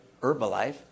Herbalife